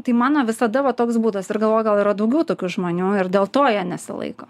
tai mano visada va toks būdas ir galvoju gal yra daugiau tokių žmonių ir dėl to jie nesilaiko